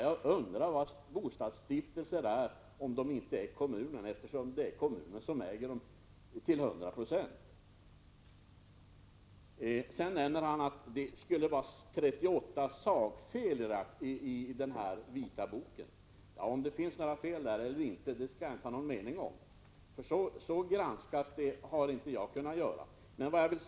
Jag undrar vad bostadsstiftelser är om inte kommunen, eftersom det är kommunen som äger dem till 100 96. Sedan nämner Leif Marklund att det skulle vara 38 sakfel i den här vita boken. Om det finns några fel där eller inte skall jag inte ha någon mening om, för så mycket har jag inte kunnat granska den.